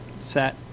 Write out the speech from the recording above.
set